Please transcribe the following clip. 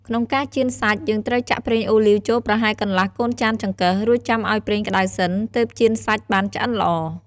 ក្នុងការចៀនសាច់ យើងត្រូវចាក់ប្រេងអូលីវចូលប្រហែលកន្លះកូនចានចង្កឹះ រួចចាំឱ្យប្រេងក្តៅសិនទើបចៀនសាច់បានឆ្អិនល្អ។